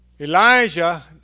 Elijah